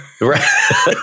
Right